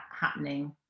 happening